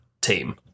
team